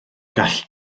gall